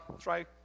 try